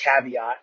caveat